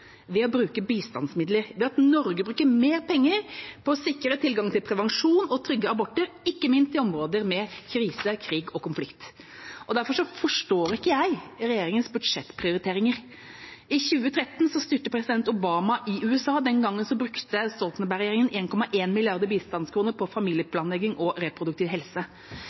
ved å bruke bistandsmidler, ved at Norge bruker mer penger på å sikre tilgangen til prevensjon og trygge aborter, ikke minst i områder med krise, krig og konflikt. Derfor forstår ikke jeg regjeringas budsjettprioriteringer. I 2013 styrte president Obama i USA. Den gangen brukte Stoltenberg-regjeringa 1,1 milliard bistandskroner på familieplanlegging og reproduktiv helse.